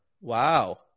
Wow